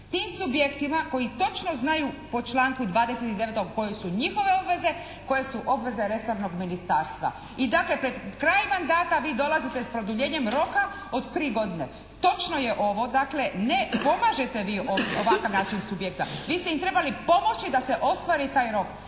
Tim subjektima koji točno znaju po članku 29. koje su njihove obveze, koje su obveze resornog Ministarstva? I dakle pred kraj mandata vi dolazite s produljenjem roka od 3 godine. Točno je ovo dakle, ne pomažete vi ovakav način subjekta. Vi ste im trebali pomoći da se ostvari taj rok.